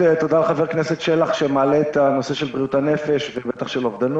תודה לחבר הכנסת שלח שמעלה את נושא בריאות הנפש והאובדנות.